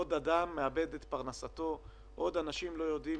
עוד בן אדם מאבד את פרנסתו, עוד אנשים לא יודעים